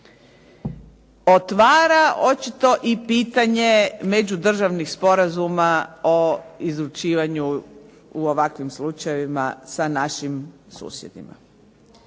otvara očito i pitanje međudržavnih sporazuma o izručivanju u ovakvim slučajevima sa našim susjedima.